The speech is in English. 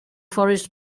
forest